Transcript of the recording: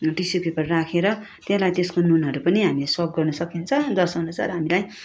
tissue paper राखेर त्यसलाई त्यसको नुनुहरू पनि हामीले सोक गर्नु सकिन्छ र जसअनुसार हामीलाई